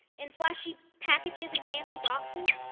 in flashy packages and fancy boxes,